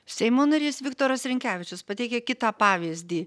seimo narys viktoras rinkevičius pateikia kitą pavyzdį